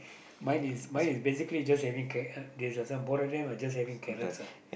mine is mine is basically just having they just some are just having carrots ah